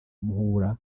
muhura